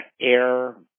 air